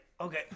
okay